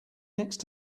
next